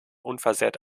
unversehrt